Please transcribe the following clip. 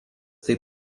taip